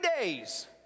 days